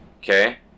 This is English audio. okay